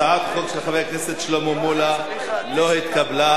הצעת החוק של חבר הכנסת שלמה מולה לא התקבלה.